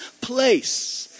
place